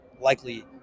likely